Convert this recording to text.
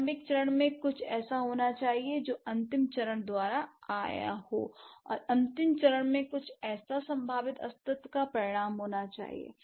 प्रारंभिक चरण में कुछ ऐसा होना चाहिए जो अंतिम चरण द्वारा आया हो और अंतिम चरण के कुछ संभावित अस्तित्व का परिणाम होना चाहिए